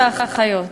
אחים ואחיות.